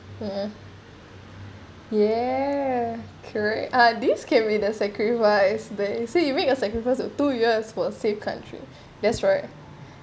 ya yeah correct ah do share with me the sacrifice they say you make a sacrifice of two years for a safe country that's right